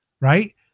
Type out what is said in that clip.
right